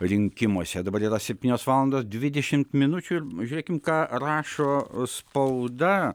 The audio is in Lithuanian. rinkimuose dabar yra septynios valandos dvidešimt minučių ir žiūrėkim ką rašo spauda